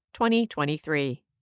2023